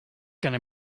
going